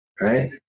right